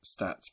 stats